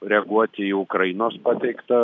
reaguoti į ukrainos pateiktą